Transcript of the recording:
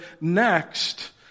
next